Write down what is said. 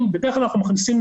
צריך לזכור,